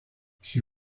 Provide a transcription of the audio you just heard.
she